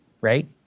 right